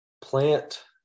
plant